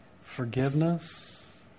forgiveness